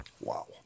Wow